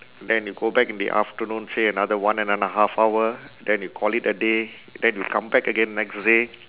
then you go back in the afternoon say another one and a half hour then you call it a day and then you come back again next day